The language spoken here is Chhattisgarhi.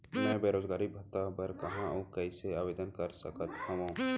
मैं बेरोजगारी भत्ता बर कहाँ अऊ कइसे आवेदन कर सकत हओं?